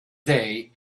day